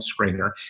screener